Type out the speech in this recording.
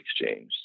exchange